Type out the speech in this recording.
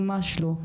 ממש לא,